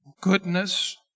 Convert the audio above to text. goodness